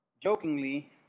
jokingly